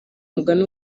mugani